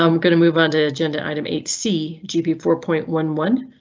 i'm going to move on to agenda item eight c, gpa four point one one.